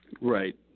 Right